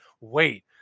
wait